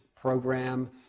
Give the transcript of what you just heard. program